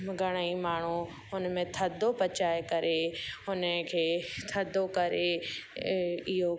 घणा ई माण्हू हुन में थधो पचाए करे हुन खे थधो करे इहो